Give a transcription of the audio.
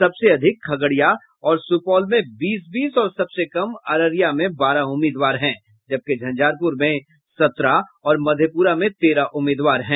सबसे अधिक खगडिया और सुपौल में बीस बीस और सबसे कम अररिया में बारह उम्मीदवार हैं जबकि झंझारपुर में सत्रह और मधेपुरा में तेरह उम्मीदवार हैं